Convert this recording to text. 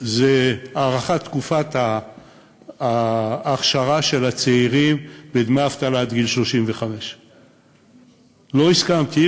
זה הארכת תקופת ההכשרה של הצעירים בדמי אבטלה עד גיל 35. לא הסכמתי,